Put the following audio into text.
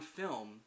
film